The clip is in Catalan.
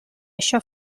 això